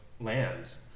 lands